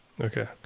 Okay